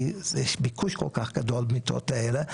כי יש ביקוש כל כך גדול למיטות האלה.